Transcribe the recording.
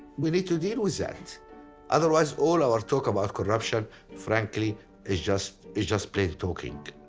we need to deal with that otherwise all our talk about corruption frankly is just, is just plain talking,